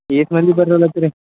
ವೀಕ್ನಲ್ಲಿ ಬರ್ ಹೇಳ್ಹತ್ತೀರಿ